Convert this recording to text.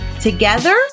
Together